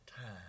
time